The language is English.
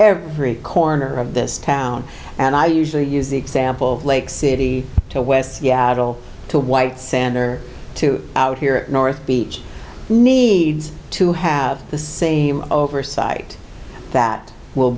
every corner of this town and i usually use the example of lake city to west seattle to white sand or to out here north beach needs to have the same oversight that will